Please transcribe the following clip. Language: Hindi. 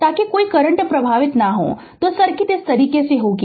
ताकि कोई करंट प्रवाहित न हो तो सर्किट इस तरह होगा